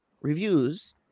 reviews